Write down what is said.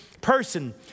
person